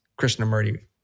Krishnamurti